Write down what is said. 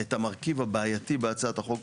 את המרכיב הבעייתי בהצעת החוק.